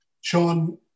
Sean